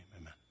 amen